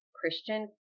Christian